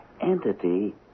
entity